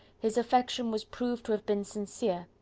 his affection was proved to have been sincere,